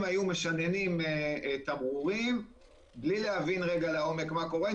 היו משננים תמרורים בלי להבין לעומק מה קורה,